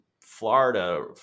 Florida